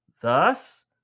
Thus